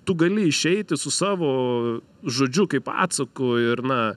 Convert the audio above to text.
tu gali išeiti su savo žodžiu kaip atsaku ir na